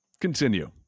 continue